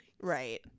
right